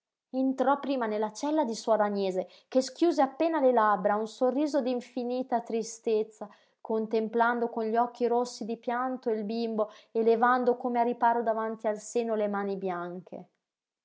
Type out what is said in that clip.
entrò prima nella cella di suor agnese che schiuse appena le labbra a un sorriso di infinita tristezza contemplando con gli occhi rossi di pianto il bimbo e levando come a riparo davanti al seno le mani bianche